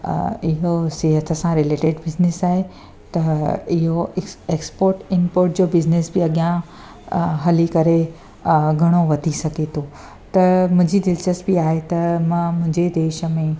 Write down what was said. इहो सिहत सां रिलेटिड बिज़नेस आहे त इहो हिकु एक्सपोट इम्पोट जो बिज़नेस बि अॻियां हली करे घणो वधी सघे थो त मुंहिंजी दिलिचस्पी आहे त मां मुहिंजे देश में